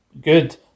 good